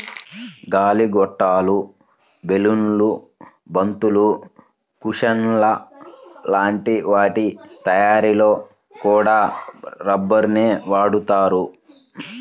గాలి గొట్టాలు, బెలూన్లు, బంతులు, కుషన్ల లాంటి వాటి తయ్యారీలో కూడా రబ్బరునే వాడతారు